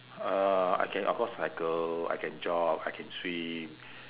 uh I can of course cycle I can jog I can swim